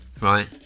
right